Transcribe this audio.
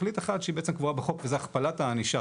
תכלית אחת שהיא בעצם קבועה בחוק וזה הכפלת הענישה.